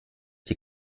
die